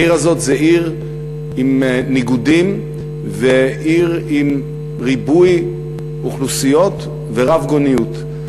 העיר הזאת זו עיר עם ניגודים ועיר עם ריבוי אוכלוסיות ורבגוניות.